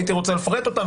הייתי רוצה לפרט אותן,